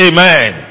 Amen